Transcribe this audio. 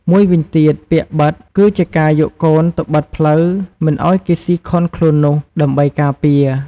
មួយវិញទៀតពាក្យ បិទ គឺជាការយកកូនទៅបិទផ្លូវមិនឱ្យគេស៊ីខុនខ្លួននោះ ដើម្បីការពារ។